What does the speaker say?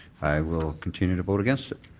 i will continue to vote against it.